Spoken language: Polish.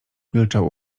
milczał